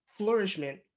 flourishment